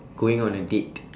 going on a date